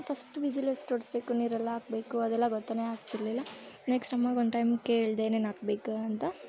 first whistle ಎಷ್ಟು ಹೊಡ್ಸ್ಬೇಕು ನೀರೆಲ್ಲ ಹಾಕ್ಬೇಕು ಅದೆಲ್ಲ ಗೊತ್ತೇ ಆಗ್ತಿರಲಿಲ್ಲ ನೆಕ್ಸ್ಟ್ ಅಮ್ಮಗೆ ಒಂದು ಟೈಮ್ ಕೇಳಿದೆ ಏನೇನು ಹಾಕ್ಬೇಕು ಅಂತ